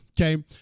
okay